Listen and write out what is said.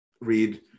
read